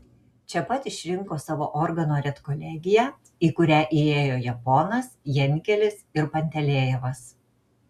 čia pat išrinko savo organo redkolegiją į kurią įėjo japonas jankelis ir pantelejevas